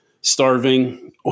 starving